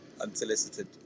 Unsolicited